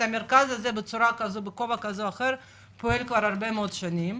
המרכז הזה פועל כבר הרבה שנים.